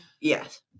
Yes